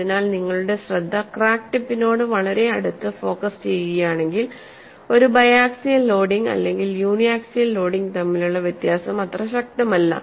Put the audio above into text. അതിനാൽ നിങ്ങളുടെ ശ്രദ്ധ ക്രാക്ക് ടിപ്പിനോട് വളരെ അടുത്ത് ഫോക്കസ് ചെയ്യുകയാണെങ്കിൽ ഒരു ബൈഅക്സിയൽ ലോഡിംഗ് അല്ലെങ്കിൽ യൂണി ആക്സിയൽ ലോഡിംഗ് തമ്മിലുള്ള വ്യത്യാസം അത്ര ശക്തമല്ല